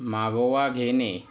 मागोवा घेणे